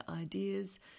ideas